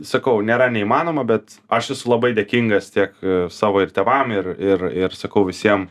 sakau nėra neįmanoma bet aš esu labai dėkingas tiek savo ir tėvam ir ir ir sakau visiem